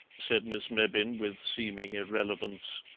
said miss mebbin with seeming irrelevance.